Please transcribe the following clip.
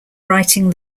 writing